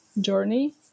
journey